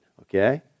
okay